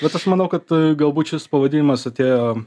bet aš manau kad galbūt šis pavadinimas atėjo